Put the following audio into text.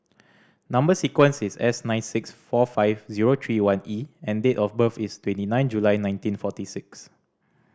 number sequence is S nine six four five zero three one E and date of birth is twenty nine July nineteen forty six